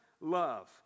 love